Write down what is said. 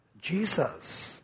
Jesus